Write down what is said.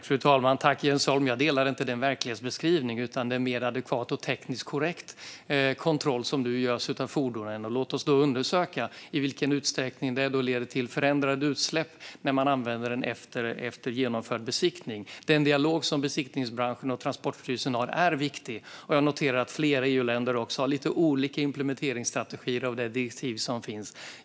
Fru talman! Jag delar inte Jens Holms verklighetsbeskrivning, utan det är en mer adekvat och tekniskt korrekt kontroll som nu görs av fordonen. Låt oss undersöka i vilken utsträckning det leder till förändrade utsläpp när man använder dem efter genomförd besiktning. Den dialog som besiktningsbranschen och Transportstyrelsen har är viktig. Jag noterar att flera EU-länder har lite olika implementeringsstrategier för det direktiv som finns.